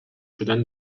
شدن